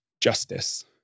justice